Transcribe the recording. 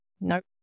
Nope